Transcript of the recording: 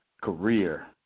career